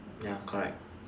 ya correct